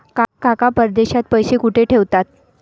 काका परदेशात पैसा कुठे ठेवतात?